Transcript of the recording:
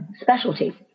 specialty